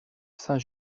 saint